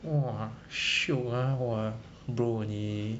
!wah! shiok ah !wah! bro 你